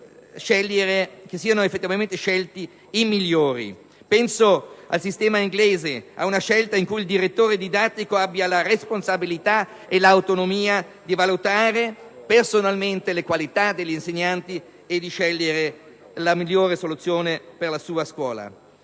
siano effettivamente scelti i migliori. Penso al sistema inglese e a una modalità di selezione con la quale il direttore didattico abbia la responsabilità e l'autonomia di valutare personalmente le qualità degli insegnanti e di scegliere la migliore soluzione per la propria scuola.